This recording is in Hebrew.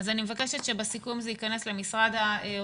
אני מבקשת שבסיכום זה ייכנס למשרד האוצר,